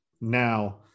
now